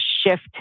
shift